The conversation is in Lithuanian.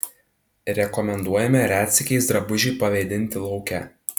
rekomenduojame retsykiais drabužį pavėdinti lauke